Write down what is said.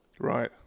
Right